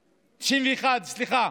1991, סליחה,